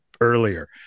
earlier